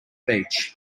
beach